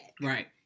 Right